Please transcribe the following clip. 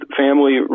family